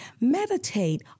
Meditate